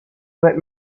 let